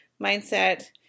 mindset